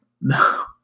no